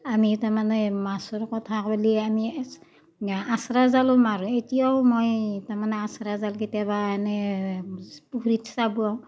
আমি তাৰমানে মাছৰ কথা ক'লেই আমি আচৰা জালো মাৰোঁ এতিয়াও মই তাৰমানে আচ্ৰা জাল কেতিয়াবা এনেই পুুখুৰীত চাব